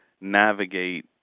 navigate